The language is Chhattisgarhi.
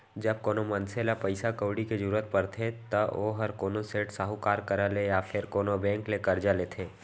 जब कोनो मनसे ल पइसा कउड़ी के जरूरत परथे त ओहर कोनो सेठ, साहूकार करा ले या फेर कोनो बेंक ले करजा लेथे